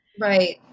Right